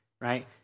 right